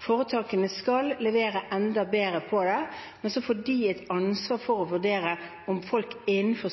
så får de et ansvar for å vurdere om folk innenfor